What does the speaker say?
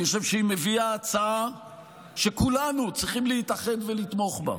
אני חושב שהיא מביאה הצעה שכולנו צריכים להתאחד ולתמוך בה.